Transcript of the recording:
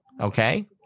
Okay